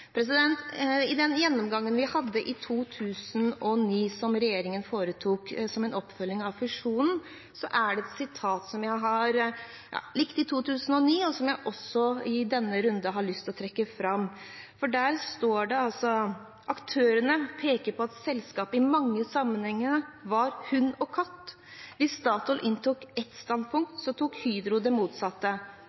I den gjennomgangen vi hadde i 2009, som regjeringen foretok som en oppfølging av fusjonen, er det et sitat som jeg likte i 2009, og som jeg også i denne runden har lyst til å trekke fram, og der står det: «Aktørene pekte på at selskapene i mange sammenhenger var som «hund og katt», hvis Statoil inntok et standpunkt så tok Hydro det motsatte.